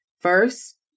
First